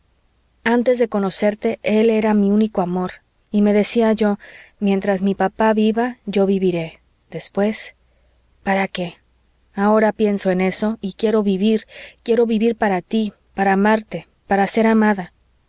antes de conocerte él era mi único amor y me decía yo mientras mi papá viva yo viviré después para qué ahora pienso en eso y quiero vivir quiero vivir para tí para amarte para ser amada